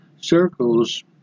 circles